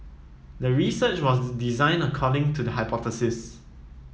the research was designed according to the hypothesis